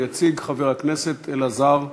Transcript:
יציג חבר הכנסת אלעזר שטרן,